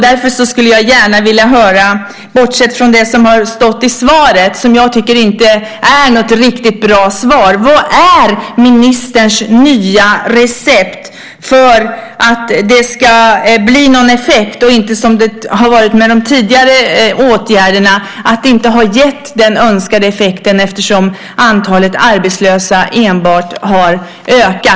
Därför skulle jag gärna vilja höra - bortsett från det som sades i svaret, som inte var något bra svar - vad ministerns nya recept är för att det ska bli någon effekt och inte att det ska bli som med de tidigare åtgärderna, nämligen att det inte har blivit den önskade effekten eftersom antalet arbetslösa enbart har ökat.